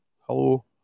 Hello